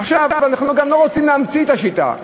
עכשיו, אנחנו גם לא רוצים להמציא את השיטה,